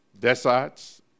deserts